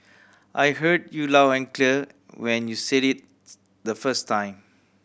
I heard you loud and clear when you said it the first time